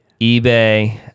ebay